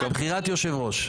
בחירת יושב-ראש.